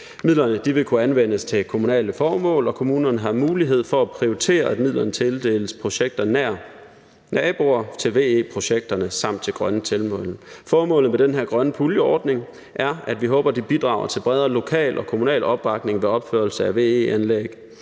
Midlerne vil kunne anvendes til kommunale formål, og kommunerne har mulighed for at prioritere, at midlerne tildeles projekter nær naboer til VE-projekterne samt til grønne tiltag. Formålet med den her grøn pulje-ordning er, at vi håber, at det bidrager til bredere lokal og kommunal opbakning ved opførelse af VE-anlæg.